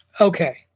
Okay